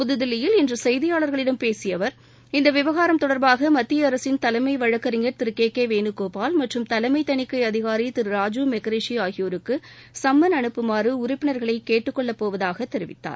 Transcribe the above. புதுதில்லியில் இன்று செய்தியாளர்களிடம் பேசிய அவர் இந்த விவகாரம் தொடர்பாக மத்திய அரசின் தலைமை வழக்கறிஞர் திரு கே கே வேணுகோபால் மற்றும் தலைமை தணிக்கை அதிகாரி திரு ராஜிவ் மெஹிஷி ஆகியோருக்கு சும்மன் அனுப்புமாறு உறுப்பினர்களை கேட்டுக் கொள்ள போவதாக தெரிவித்தார்